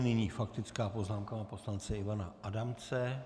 Nyní faktická poznámka pana poslance Ivana Adamce.